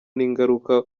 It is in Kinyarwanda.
n’ingaruka